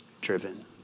driven